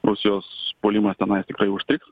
rusijos puolimas tenais tikrai užstrigs